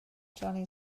johnny